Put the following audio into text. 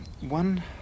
one